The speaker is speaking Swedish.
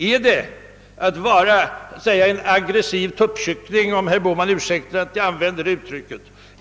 Är det genom att vara något av en aggressiv tuppkyckling — herr Bohman kanske ursäktar att jag använder det uttrycket —